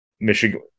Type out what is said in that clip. Michigan